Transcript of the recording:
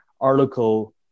article